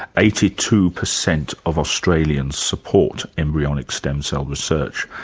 eighty two percent of australians support embryonic stem cell research.